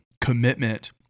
commitment